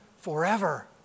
forever